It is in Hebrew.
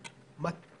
דמוקרטית.